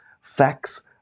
facts